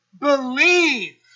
believe